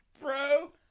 bro